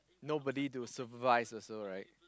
nobody to supervise also right